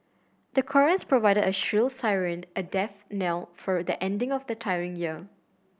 the chorus provided a shrill siren a death knell for the ending of the tiring year